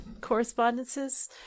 correspondences